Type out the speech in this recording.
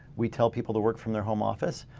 we tell people to work from their home office.